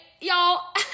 y'all